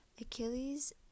Achilles